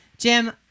Jim